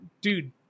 dude